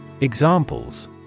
Examples